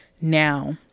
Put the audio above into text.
now